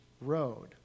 road